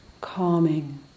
calming